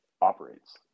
operates